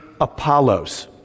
Apollos